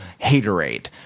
haterade